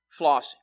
flossing